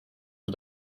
for